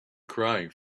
crying